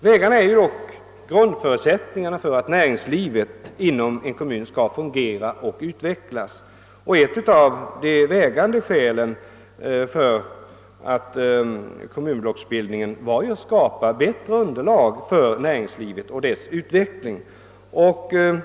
Vägarna utgör ju dock en grundförutsättning för att näringslivet inom en kommun skall fungera och utvecklas. Ett av de vägande skälen för kommunblocksbildningen var också att skapa bättre underlag för näringslivet och dess utveckling.